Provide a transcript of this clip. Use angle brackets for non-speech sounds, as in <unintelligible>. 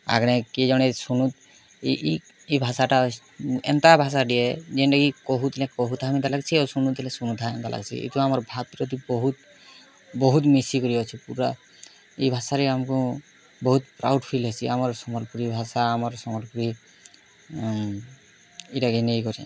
ଆଗଣେ କିଏ ଜଣେ ଶୁଣୁ ଇ ଇ ଏଇ ଭାଷାଟା ଏନ୍ତା ଭାଷାଟିଏ ଯେନ୍ଟାକି କହୁଥିଲେ କହୁଥା <unintelligible> ଆଉ ଶୁଣୁ ଥିଲେ ଶୁଣୁ ଥାଏଁ <unintelligible> ଏଇ ଯୋଉଁ ଆମର୍ ଭାବ୍ ପୀରତି ବହୁତ୍ ବହୁତ୍ ମିଶିକିରି ଅଛି ପୂରା ଏଇ ଭାଷାରେ ଆମ୍କୁ ବହୁତ୍ ପ୍ରାଉଡ଼୍ ଫିଲ୍ ହେସି ଆମର ସମ୍ବଲପୁରୀ ଭାଷା ଆମର୍ ସମ୍ବଲପୁରୀ ଏଇଟାକେ ନେଇ କରି